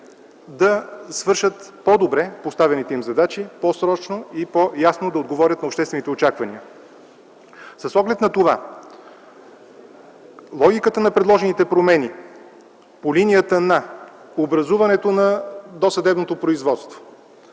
да свършат по-добре поставените им задачи, по-срочно и по-ясно да отговорят на обществените очаквания. С оглед на това логиката на предложените промени по линията на образуването на досъдебното производство,